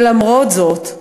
ולמרות זאת,